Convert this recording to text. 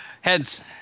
Heads